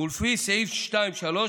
ולפי סעיף 2(3),